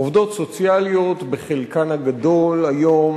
עובדות סוציאליות בחלקן הגדול הן היום